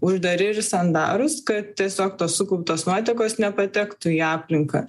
uždari ir sandarūs kad tiesiog tos sukauptos nuotekos nepatektų į aplinką